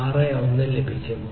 61 ലഭിക്കും